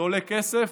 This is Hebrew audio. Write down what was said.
זה עולה כסף,